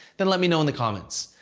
then let me know in the comments.